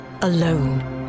alone